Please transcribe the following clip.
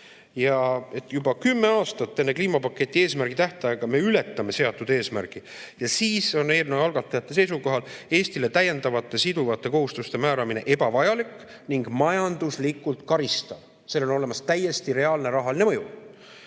Ja kuna juba kümme aastat enne kliimapaketi eesmärgi tähtaega me ületame seatud eesmärgi, siis on eelnõu algatajate seisukohalt Eestile täiendavate siduvate kohustuste määramine ebavajalik ning majanduslikult karistav. Sellel on olemas täiesti reaalne rahaline mõju.